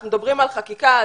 אנחנו מדברים על חקיקה,